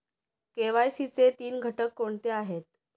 KYC चे तीन घटक कोणते आहेत?